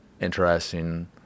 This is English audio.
interesting